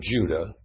Judah